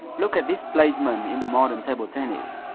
look at this placement in the modern table tennis.